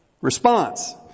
response